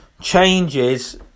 changes